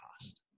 cost